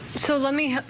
so let me